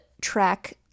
track